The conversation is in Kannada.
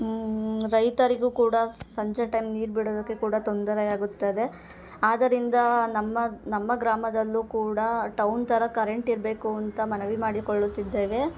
ರೈತರಿಗೂ ಕೂಡ ಸಂಜೆ ಟೈಮ್ ನೀರು ಬಿಡೋದಕ್ಕೆ ಕೂಡ ತೊಂದರೆಯಾಗುತ್ತದೆ ಆದರಿಂದ ನಮ್ಮ ನಮ್ಮ ಗ್ರಾಮದಲ್ಲೂ ಕೂಡ ಟೌನ್ ಥರ ಕರೆಂಟ್ ಇರಬೇಕು ಅಂತ ಮನವಿ ಮಾಡಿಕೊಳ್ಳುತಿದ್ದೇವೆ